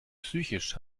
psychisch